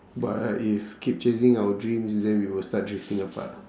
but if keep chasing our dreams then we will start drifting apart